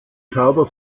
tauber